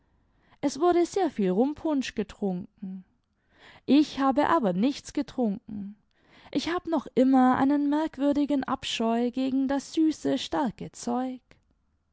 es wurde sehr viel rumpunsch getrunken ich habe aber nichts getrunken ich hab noch immer einen merkwürdigen abscheu gegen das süße starke zeug